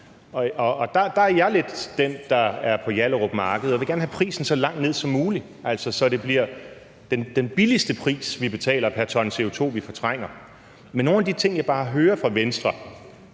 der er jeg lidt den, der er på Hjallerup Marked og vil gerne have prisen så langt ned som muligt, så det bliver den billigste pris, vi betaler pr. ton CO2, som vi fortrænger. Men nogle af de ting, jeg bare hører fra Venstre